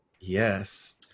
Yes